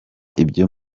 ibyo